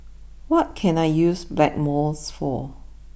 what can I use Blackmores for